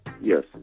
Yes